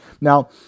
Now